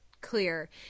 clear